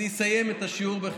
היו יותר.